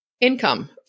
income